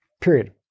period